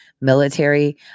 military